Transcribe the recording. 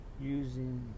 using